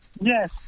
Yes